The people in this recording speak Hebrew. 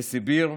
לסיביר,